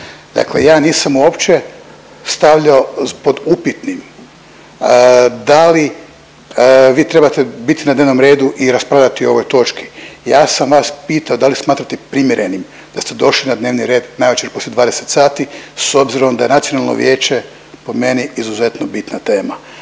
Dakle, ja nisam uopće stavljao pod upitnim da li vi trebate bit na dnevnom redu i raspravljati o ovoj točki, ja sam vas pitao da li smatrate primjerenim da ste došli na dnevni red navečer poslije 20 sati, s obzirom da je nacionalno vijeće po meni izuzetno bitna teme